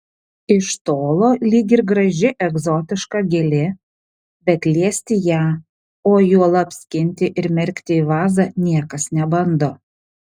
iš tolo lyg ir graži egzotiška gėlė bet liesti ją o juolab skinti ir merkti į vazą niekas nebando